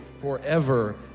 forever